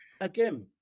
again